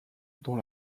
dont